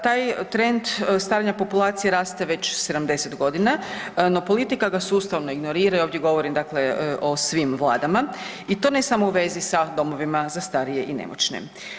Taj trend starenja populacije raste već 70.g., no politika ga sustavno ignorira i ovdje govorim dakle o svim vladama i to ne samo u vezi sa domovima za starije i nemoćne.